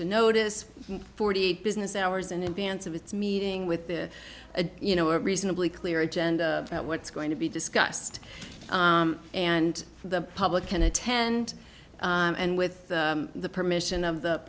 a notice forty eight business hours in advance of its meeting with the a you know a reasonably clear agenda that what's going to be discussed and the public can attend and with the permission of the